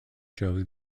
joe